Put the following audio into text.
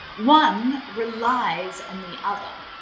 one relies on the other.